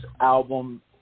album –